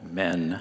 men